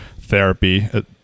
therapy